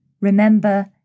remember